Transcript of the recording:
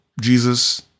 Jesus